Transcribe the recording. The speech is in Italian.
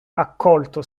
accolto